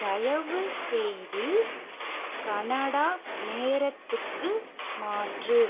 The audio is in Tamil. தயவுசெய்து கனடா நேரத்துக்கு மாற்று